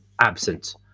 absent